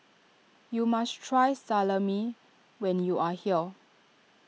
you must try Salami when you are here